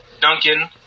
Duncan